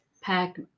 pack